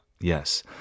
Yes